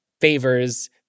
favors